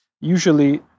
Usually